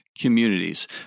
Communities